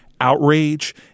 Outrage